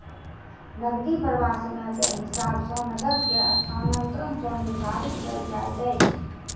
नकदी प्रवाह समय के हिसाब सॅ नकद के स्थानांतरण सॅ निर्धारित कयल जाइत अछि